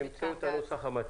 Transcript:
תמצאו את הנוסח המתאים.